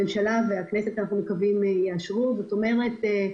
זאת אומרת,